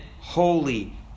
holy